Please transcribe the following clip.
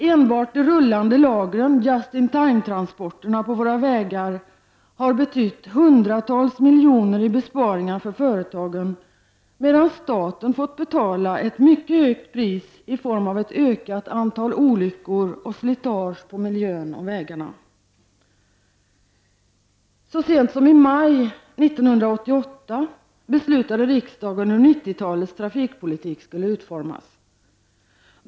Enbart de rullande lagren, just-in-time-transporterna på våra vägar, har betytt hundratals miljoner i besparingar för företagen, medan staten fått betala ett mycket högt pris i form av ett ökat antal olyckor och slitage på miljön och vägarna. Så sent som i maj 1988 beslutade riksdagen hur 90-talets trafikpolitik skulle utformas.